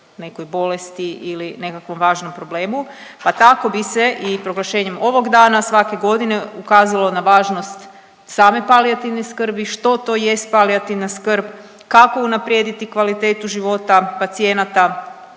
nekoj bolesti ili nekakvom važnom problemu. Pa tako bi se i proglašenjem ovog dana svake godine ukazalo na važnost same palijativne skrbi, što to jest palijativna skrb, kako unaprijediti kvalitetu života pacijenata